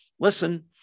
Listen